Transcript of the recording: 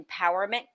empowerment